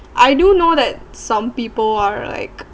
I do know that some people are like